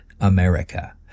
America